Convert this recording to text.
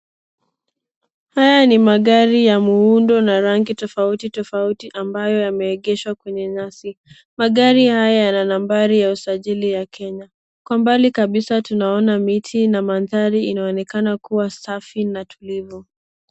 Haya ni magari ya muundo na rangi tofauti tofauti ambayo yameegeshwa kwenye nyasi. Magari haya yana nambari ya usajili wa kenya. Kwa mbali kabisa tunaona miti na mandhari inaonekana kuwa safi na tulivu.